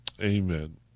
Amen